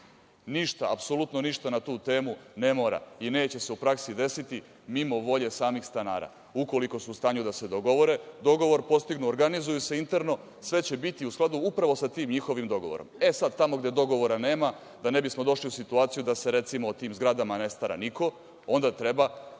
izvinite. Apsolutno ništa, na tu temu ne mora i neće se u praksi desiti mimo volje samih stanara. Ukoliko su u stanju da se dogovore, dogovor postignu, organizuju se interno, sve će biti u skladu upravo sa tim njihovim dogovorom. E, sada tamo gde dogovora nema, da ne bismo došli u situaciju da se recimo, o tim zgradama ne stara niko, onda treba